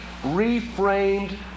reframed